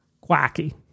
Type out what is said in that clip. quacky